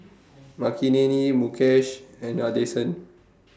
Makineni Mukesh and Nadesan